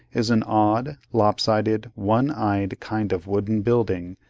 is an odd, lop-sided, one-eyed kind of wooden building,